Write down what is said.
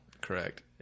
Correct